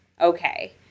Okay